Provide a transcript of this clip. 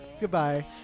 Goodbye